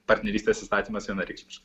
partnerystės įstatymas vienareikšmiškai